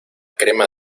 crema